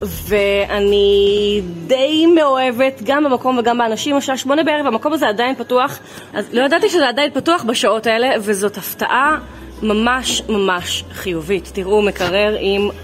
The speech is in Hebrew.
ואני די מאוהבת גם במקום וגם באנשים, השעה שמונה בערב, המקום הזה עדיין פתוח לא ידעתי שזה עדיין פתוח בשעות האלה וזאת הפתעה ממש ממש חיובית, תראו מקרר עם...